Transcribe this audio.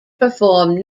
performed